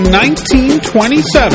1927